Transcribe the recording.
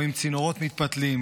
רואים צינורות מתפתלים,